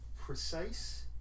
precise